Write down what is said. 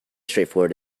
straightforward